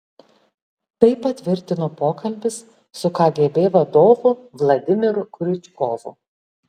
tai patvirtino pokalbis su kgb vadovu vladimiru kriučkovu